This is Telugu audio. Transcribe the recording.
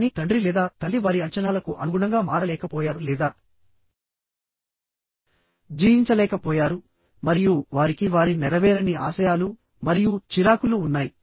కానీ తండ్రి లేదా తల్లి వారి అంచనాలకు అనుగుణంగా మారలేకపోయారు లేదా జీవించలేకపోయారు మరియు వారికి వారి నెరవేరని ఆశయాలు మరియు చిరాకులు ఉన్నాయి